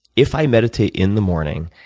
if i meditate in the morning,